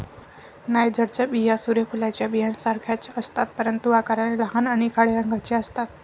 नायजरच्या बिया सूर्य फुलाच्या बियांसारख्याच असतात, परंतु आकाराने लहान आणि काळ्या रंगाच्या असतात